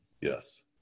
Yes